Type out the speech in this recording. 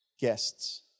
guests